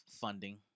funding